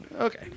okay